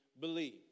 believe